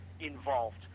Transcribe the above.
involved